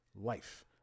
life